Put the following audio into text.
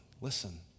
Listen